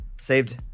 saved